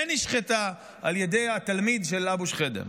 ונשחטה על ידי התלמיד של אבו שחידם.